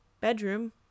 bedroom